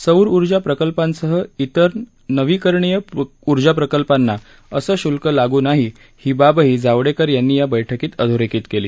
सौर उर्जा प्रकल्पांसह इतर नवीकरणीय उर्जाप्रकल्पांना असं शुल्क लागू नाही ही बाबही जावडेकर यांनी या बैठकीत अधोरेखीत केली